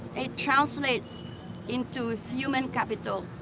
it translates into human capital.